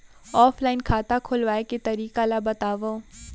Offline खाता खोलवाय के तरीका ल बतावव?